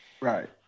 Right